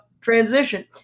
transition